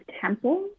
temple